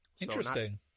interesting